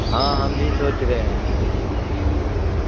ہاں ہم بھی سوچ رہے ہیں وہی